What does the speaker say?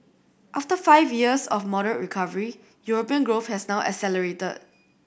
after five years of moderate recovery European growth has now accelerated